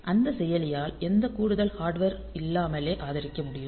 அந்த செயலியால் எந்த கூடுதல் ஹார்டுவேர் இல்லாமலே ஆதரிக்க முடியும்